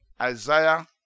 Isaiah